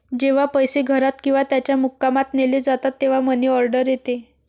जेव्हा पैसे घरात किंवा त्याच्या मुक्कामात नेले जातात तेव्हा मनी ऑर्डर येते